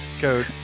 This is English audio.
code